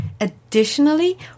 Additionally